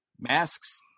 masks